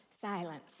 Silence